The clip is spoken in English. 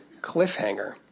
cliffhanger